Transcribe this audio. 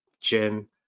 gym